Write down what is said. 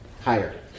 higher